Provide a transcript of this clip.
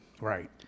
Right